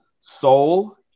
Soul